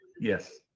Yes